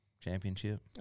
championship